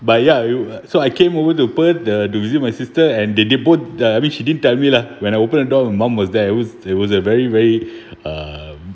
but ya you uh so I came over to perth the to visit my sister and they they both uh I mean she didn't tell me lah when I open the door my mum was there it was it was a very very uh